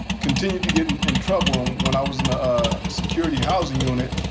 continued to get in in trouble, when i was in the ah security housing unit,